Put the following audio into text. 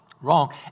wrong